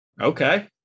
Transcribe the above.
okay